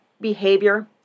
behavior